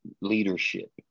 leadership